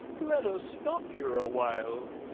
let us stop here a while,